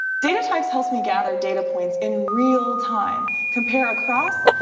data types helps me gather data points in real-time, compare across,